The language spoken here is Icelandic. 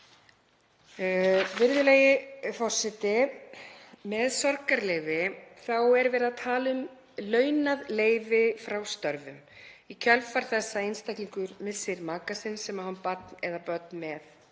Virðulegi forseti. Með sorgarleyfi er verið að tala um launað leyfi frá störfum í kjölfar þess að einstaklingur missir maka sinn sem hann á barn eða börn með